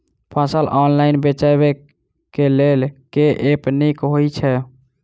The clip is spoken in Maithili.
फसल ऑनलाइन बेचै केँ लेल केँ ऐप नीक होइ छै?